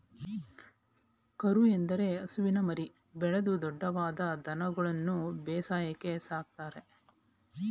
ಕರು ಎಂದರೆ ಹಸುವಿನ ಮರಿ, ಬೆಳೆದು ದೊಡ್ದವಾದ ದನಗಳನ್ಗನು ಬೇಸಾಯಕ್ಕೆ ಸಾಕ್ತರೆ